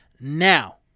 Now